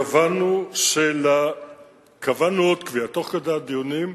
קבענו עוד קביעה תוך כדי הדיונים,